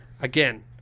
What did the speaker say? again –